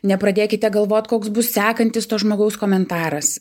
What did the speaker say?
nepradėkite galvot koks bus sekantis to žmogaus komentaras